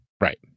Right